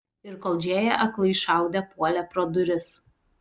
ir kol džėja aklai šaudė puolė pro duris